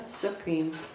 Supreme